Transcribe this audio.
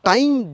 Time